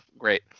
great